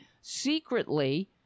secretly